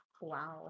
wow